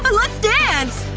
but let's dance!